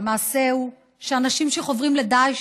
והמעשה הוא שאנשים שחוברים לדאעש,